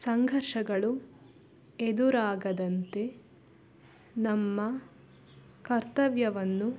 ಸಂಘರ್ಷಗಳು ಎದುರಾಗದಂತೆ ನಮ್ಮ ಕರ್ತವ್ಯವನ್ನು